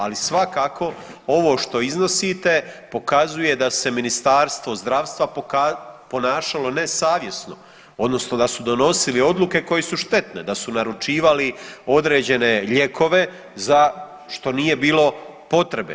Ali svakako ovo što iznosite pokazuje da se Ministarstvo zdravstva ponašalo nesavjesno, odnosno da su donosili odluke koje su štetne, da su naručivali određene lijekove za što nije bilo potrebe.